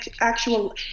actual